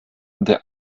der